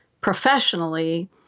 professionally